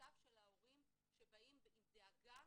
שותף של ההורים שבאים עם דאגה